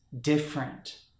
different